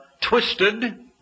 twisted